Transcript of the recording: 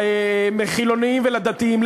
לחילונים ולדתיים,